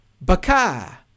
Baka